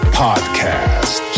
podcast